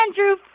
andrew